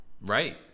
Right